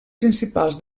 principals